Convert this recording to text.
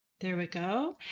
there we go.